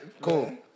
cool